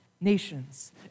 nations